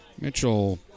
Mitchell